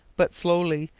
but slowly,